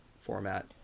format